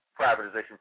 privatization